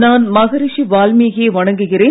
நான் மகரிஷி வால்மீகியை வணங்குகிறேன்